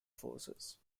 forces